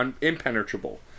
impenetrable